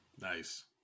Nice